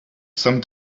some